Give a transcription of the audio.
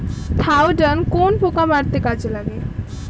Thiodan কোন পোকা মারতে কাজে লাগে?